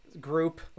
group